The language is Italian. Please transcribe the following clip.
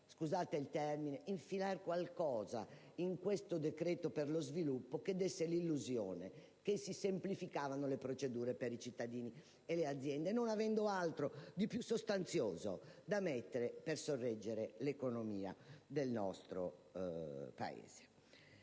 sette articoli per infilare qualcosa in questo decreto per lo sviluppo che desse l'illusione di semplificare le procedure per i cittadini e le aziende, non avendo altro di più sostanzioso da immaginare per sorreggere l'economia del nostro Paese.